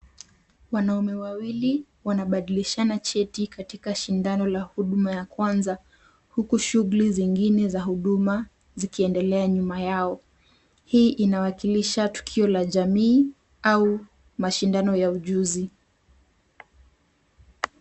Wanaume wawili wanabadilishana cheti katika shindano la huduma ya kwanza huku shughuli zingine za huduma zikiendelea nyuma yao. Hii inawakilisha tukio la jamii au mashindano ya ujuzi.